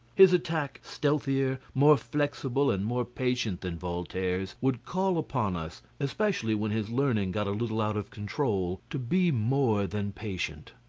his attack, stealthier, more flexible and more patient than voltaire's, would call upon us, especially when his learning got a little out of control, to be more than patient.